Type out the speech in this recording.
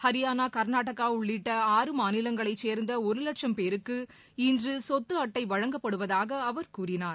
ஹரியானா கர்நாடகா உள்ளிட்ட ஆறு மாநிலங்களைச் சேர்ந்த ஒரு வட்சம் பேருக்கு இன்று சொத்து அட்டை வழங்கப்படுவதாக அவர் கூறினார்